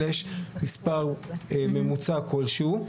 אלא יש מספר ממוצע כלשהו,